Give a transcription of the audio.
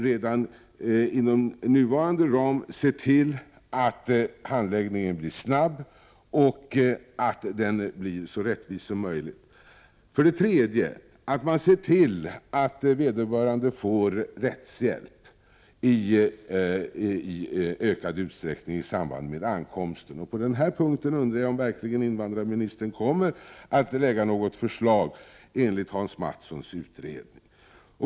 Redan inom nuvarande ram skall man dock se till att handläggningen blir snabb och att den blir så rättvis som möjligt. För det tredje måste man se till att vederbörande i samband med ankomsten får rättshjälp i ökad utsträckning. På denna punkt undrar jag om invandrarministern verkligen kommer att lägga fram något förslag enligt Hans Mattssons utredning.